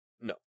No